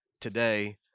Today